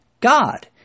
God